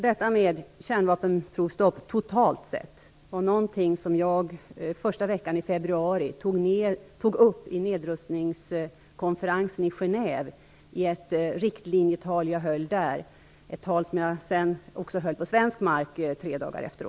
Detta med kärnvapenprovstopp totalt sett var något som jag tog upp i ett riktlinjetal som jag höll första veckan i februari vid nedrustningskonferensen i Genève. Det var ett tal som jag sedan också höll på svensk mark tre dagar senare.